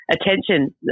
attention